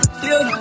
feel